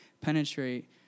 penetrate